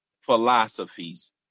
philosophies